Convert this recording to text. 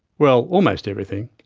well, almost everything.